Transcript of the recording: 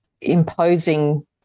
imposing